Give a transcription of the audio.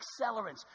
accelerants